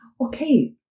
Okay